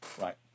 Right